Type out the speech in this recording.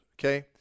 Okay